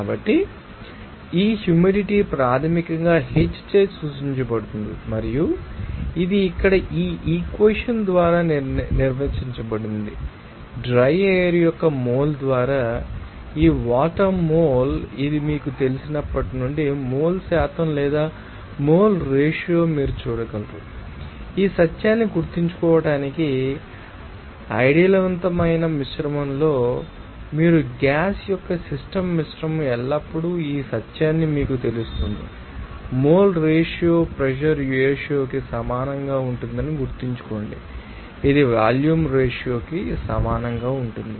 కాబట్టి ఈ హ్యూమిడిటీ ప్రాథమికంగా H చే సూచించబడుతుంది మరియు ఇది ఇక్కడ ఈ ఈక్వెషన్ ద్వారా నిర్వచించబడింది డ్రై ఎయిర్ యొక్క మోల్ ద్వారా ఈ వాటర్ మోల్ ఇప్పుడు ఇది మీకు తెలిసినప్పటి నుండి మోల్ శాతం లేదా మోల్ రేషియో మీరు చూడగలరు ఈ సత్యాన్ని గుర్తుంచుకోవడానికి ఐడియల్వంతమైన మిశ్రమంలో మీరు గ్యాస్ యొక్క సిస్టమ్ మిశ్రమంలో ఎల్లప్పుడూ ఈ సత్యాన్ని మీకు తెలుస్తుంది మోల్ రేషియో ప్రెషర్ రేషియో కి సమానంగా ఉంటుందని గుర్తుంచుకోండి ఇది వాల్యూమ్ రేషియో కి సమానంగా ఉంటుంది